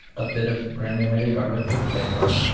a bit of granulated garlic for flavor,